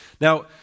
Now